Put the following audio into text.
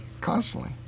Constantly